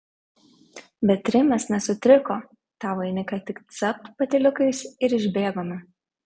bet rimas nesutriko tą vainiką tik capt patyliukais ir išbėgome